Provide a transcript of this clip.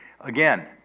again